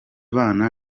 abana